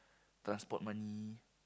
transport money